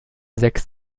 sechs